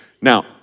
Now